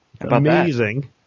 Amazing